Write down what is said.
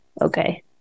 okay